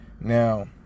Now